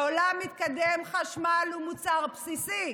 בעולם מתקדם חשמל הוא מוצר בסיסי.